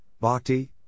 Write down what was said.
Bhakti